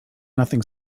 nothing